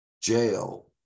jail